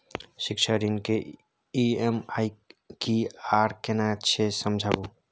शिक्षा ऋण के ई.एम.आई की आर केना छै समझाबू?